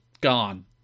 Gone